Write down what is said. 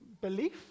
belief